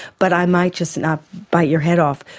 but i might just not bite your head off,